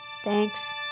Thanks